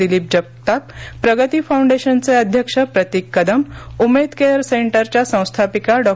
दिलीप जगताप प्रगती फाऊंडेशनचे अध्यक्ष प्रतीक कदम उमेद केअर सेंटरच्या संस्थापिका डॉ